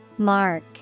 Mark